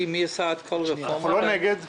אם הרופא מנפיק לו רישיון,